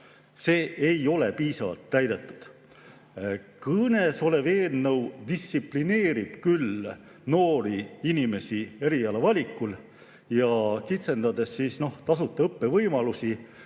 ei ole piisavalt täidetud. Kõnesolev eelnõu distsiplineerib küll noori inimesi eriala valikul, kitsendades tasuta õppe võimalusi